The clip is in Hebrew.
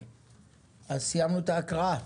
סיימנו את ההקראה.